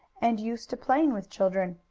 and used to playing with children.